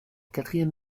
quatrième